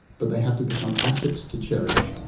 but they have to become assets to cherish,